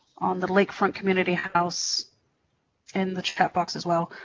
on the lakefront community house in the chat box as well.